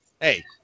Hey